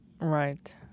Right